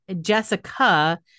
Jessica